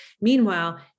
Meanwhile